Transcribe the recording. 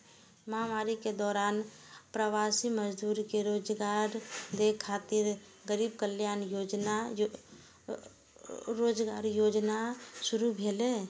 महामारी के दौरान प्रवासी मजदूर कें रोजगार दै खातिर गरीब कल्याण रोजगार योजना शुरू भेलै